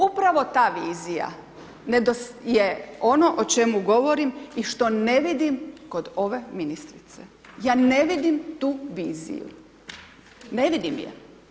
Upravo ta vizija je ono o čemu govorim i što ne vidim kod ove ministrice, ja ne vidim tu viziju, ne vidim je.